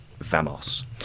Vamos